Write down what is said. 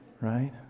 right